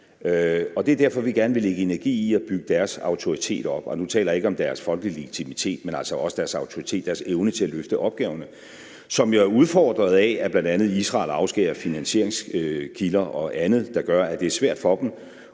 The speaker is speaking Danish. Og det er derfor, vi gerne vil lægge en energi i at bygge deres autoritet op, og nu taler jeg ikke kun om deres folkelige legitimitet, men altså også om deres autoritet og deres evne til at løfte opgaverne, som jo er udfordret af, at bl.a. Israel afskærer finansieringskilder og andet, hvad der gør, at det er svært for dem